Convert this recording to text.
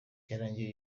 byarangiye